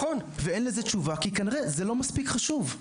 ואין לזה תשובה כי כנראה זה לא מספיק חשוב.